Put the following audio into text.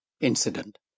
incident